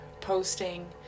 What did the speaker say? posting